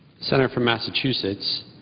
senator from massachusetts,